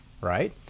right